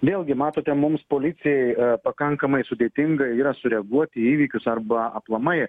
vėlgi matote mums policijoje pakankamai sudėtinga yra sureaguoti į įvykius arba aplamai